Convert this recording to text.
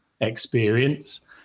experience